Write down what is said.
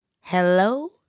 Hello